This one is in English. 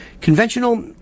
conventional